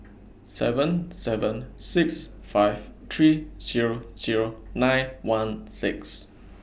seven seven six five three Zero Zero nine one six